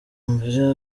mbere